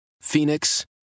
Phoenix